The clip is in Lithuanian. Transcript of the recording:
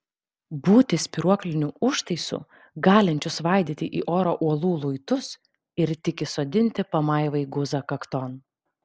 būti spyruokliniu užtaisu galinčiu svaidyti į orą uolų luitus ir tik įsodinti pamaivai guzą kakton